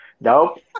nope